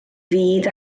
fud